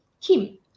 Kim